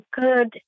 Good